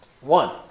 One